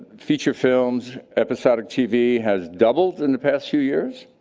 feature films, episodic tv has doubled in the past two years,